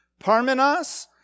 Parmenas